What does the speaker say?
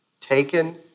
taken